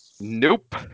Nope